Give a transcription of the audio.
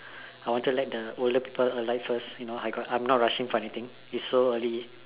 I wanted to let the older people alight first you know I got I'm not rushing for anything it's so early